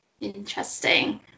Interesting